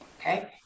okay